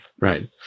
Right